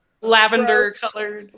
Lavender-colored-